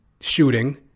shooting